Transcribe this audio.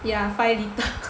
yah five litres